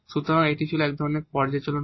সুতরাং এটি ছিল এক ধরণের পর্যালোচনা